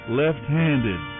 left-handed